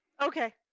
Okay